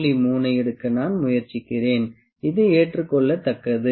3 ஐ எடுக்க நான் முயற்சிக்கிறேன் இது ஏற்றுக்கொள்ளத்தக்கது